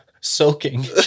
Soaking